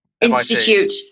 Institute